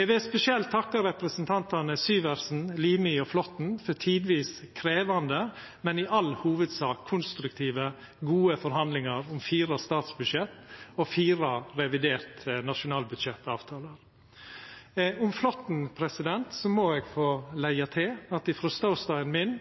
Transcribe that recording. Eg vil spesielt takka representantane Syversen, Limi og Flåtten for tidvis krevjande, men i all hovudsak konstruktive og gode forhandlingar om fire statsbudsjett og fire reviderte nasjonalbudsjettavtalar. Om Flåtten må eg få leggja til at frå ståstaden min